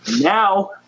Now